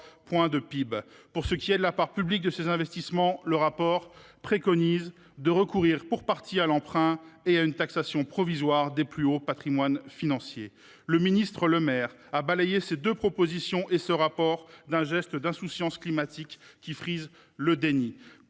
Pour ce qui est de la part publique de ces investissements, les auteurs du rapport préconisent de « recourir pour partie à l’emprunt et à une taxation provisoire des plus hauts patrimoines financiers ». Le ministre Le Maire a balayé ces deux propositions et l’ensemble de ce rapport dans un geste d’insouciance climatique qui frise le déni.